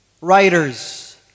writers